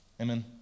Amen